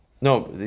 No